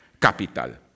Capital